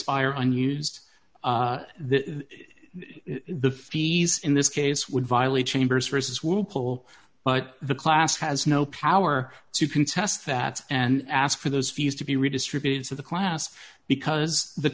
pire unused that is the fees in this case would violate chambers versus will pull but the class has no power to contest that and ask for those fees to be redistributed to the class because the